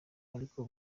ariko